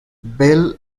bell